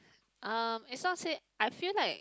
um it's not say I feel like